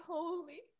Holy